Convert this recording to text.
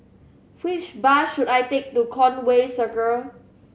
which bus should I take to Conway Circle